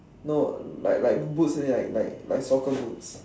no like like boots only like like like soccer boots